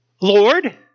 Lord